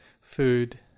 food